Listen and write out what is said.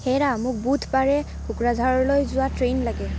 হেৰা মোক বুধবাৰে কোকৰাঝাৰলৈ যোৱা ট্ৰেইন লাগে